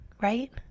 right